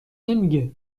نمیگه